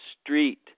Street